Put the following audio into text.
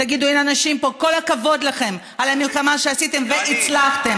תגידו לאנשים פה: כל הכבוד לכם על המלחמה שעשיתם והצלחתם,